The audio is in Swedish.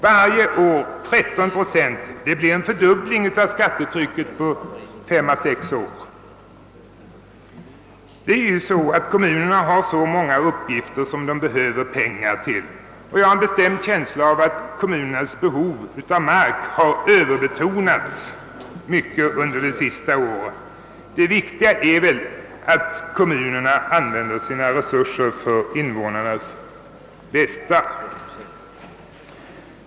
Varje år 13 procent; det blir en fördubbling av skattetrycket på fem å sex år. Kommunerna har så många uppgifter som de behöver pengar till. Jag har en bestämd känsla av att deras behov av mark har överbetonats mycket under de senaste åren. Det viktiga är väl att de använder sina resurser till invånarnas bästa.